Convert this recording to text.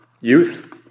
youth